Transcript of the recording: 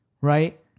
right